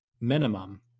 minimum